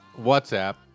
WhatsApp